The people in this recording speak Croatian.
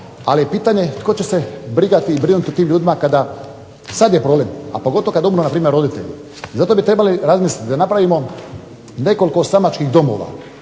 je pitanje tko će se brigati i brinuti o tim ljudima kada, sad je problem, a pogotovo kad umru npr. roditelji. Zato bi trebali razmisliti da napravimo nekoliko …/Ne razumije